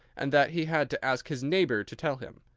and that he had to ask his neighbour to tell him.